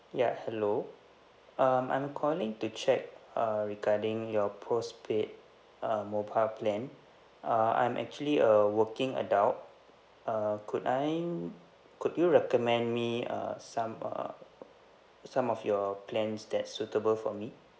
ya hello um I'm calling to check uh regarding your postpaid um mobile plan uh I'm actually a working adult uh could I could you recommend me uh some uh some of your plans that suitable for me